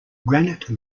granite